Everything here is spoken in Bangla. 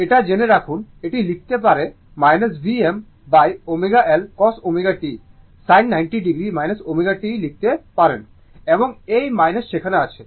এটা জেনে রাখুন এটি লিখতে পারে Vmω L cos ω t sin 90 o ω t লিখতে পারেন এবং এই সেখানে আছে